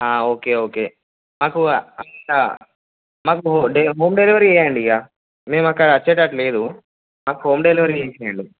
okay okay మాకు అంత మాకు హోమ్ డెలివరీ ఇవ్వండి మేము అక్కడికి వచ్చేటట్టు లేదు మాకు హోమ్ డెలివరీ ఇవ్వండి